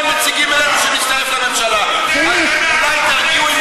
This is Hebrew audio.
להצטרף לממשלה אם אנחנו כאלה גרועים?